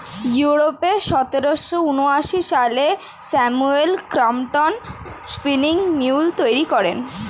ইউরোপে সতেরোশো ঊনআশি সালে স্যামুয়েল ক্রম্পটন স্পিনিং মিউল তৈরি করেন